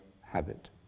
habit